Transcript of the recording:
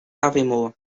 aviemore